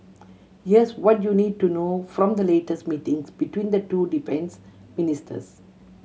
here's what you need to know from the latest meetings between the two defence ministers